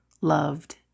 loved